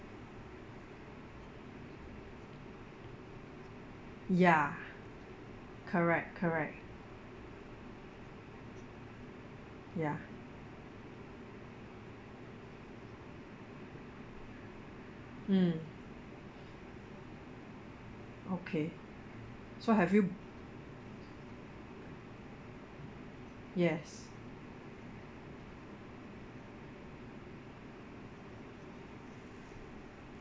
ya correct correct ya mm okay so have you yes